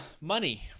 money